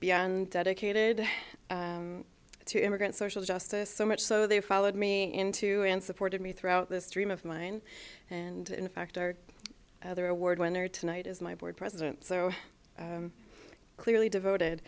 beyond dictated to immigrant social justice so much so they followed me into and supported me throughout this dream of mine and in fact our other award winner tonight is my board president so clearly devoted